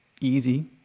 easy